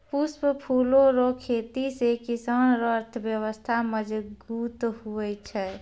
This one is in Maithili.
पुष्प फूलो रो खेती से किसान रो अर्थव्यबस्था मजगुत हुवै छै